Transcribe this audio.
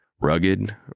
Rugged